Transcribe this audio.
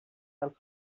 del